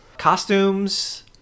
Costumes